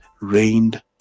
reigned